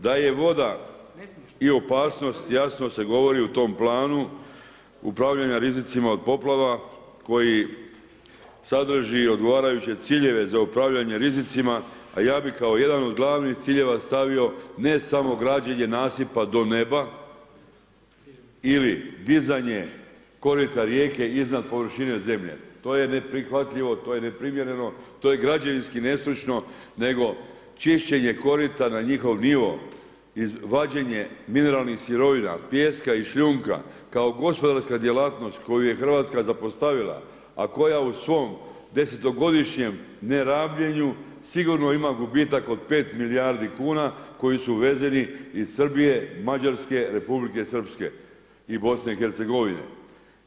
Da je voda i opasnost jasno se govori u tom planu upravljanja rizicima od poplava koji sadrži odgovarajuće ciljeve za upravljanje rizicima a ja bi kao jedan od glavnih ciljeva stavio ne samo građenje nasipa do neba ili dizanje korita rijeke iznad površine zemlje, to je neprihvatljivo, to je neprimjereno, to je građevinski nestručno nego čišćenje korita na njihov nivo, vađenje mineralnih sirovina, pijeska i šljunka kao gospodarska djelatnost koju je Hrvatska zapostavila a koja u svom desetogodišnjem nerabljenju sigurno ima gubitak od 5 milijardi kuna koji su uvezeni iz Srbije, Mađarske, Republike Srpske i BiH-a.